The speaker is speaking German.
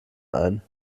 ein